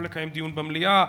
או לקיים דיון במליאה,